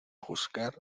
juzgar